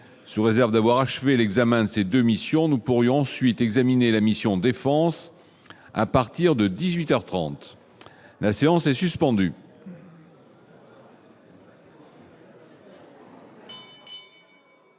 se réserve d'avoir achevé l'examen de ces 2 missions, nous pourrions ensuite examiné la mission défense à partir de 18 heures 30, la séance est suspendue.